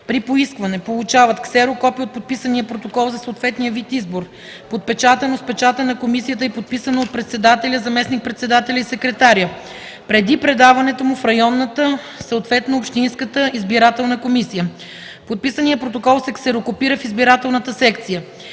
при поискване получават ксерокопие от подписания протокол за съответния вид избор, подпечатано с печата на комисията и подписано от председателя, заместник-председателя и секретаря, преди предаването му в районната, съответно общинската избирателна комисия. Подписаният протокол се ксерокопира в избирателната секция.